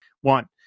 One